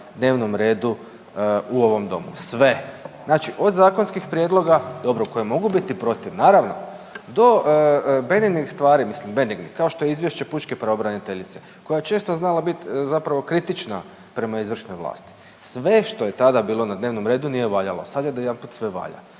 dnevnom redu u ovom domu. Sve. Znači od zakonskih prijedloga, dobrom koji mogu biti protiv, do benignih stvari, mislim benignih, kao što je izvješće pučke pravobraniteljice koja je često znala bit zapravo kritična prema izvršnoj vlasti. Sve što je tada bilo na dnevnom redu nije valjalo a sad odjedanput sve valja.